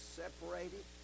separated